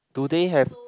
do they have